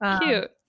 Cute